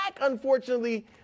unfortunately